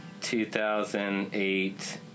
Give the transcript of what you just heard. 2008